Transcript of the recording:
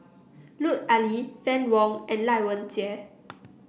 Lut Ali Fann Wong and Lai Weijie